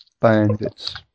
Bandits